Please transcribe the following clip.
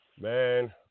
Man